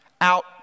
out